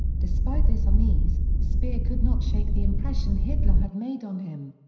despite this unease, speer could not shake the impression hitler had made on him.